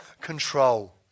control